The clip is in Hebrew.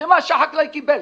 זה מה שהחקלאי קיבל.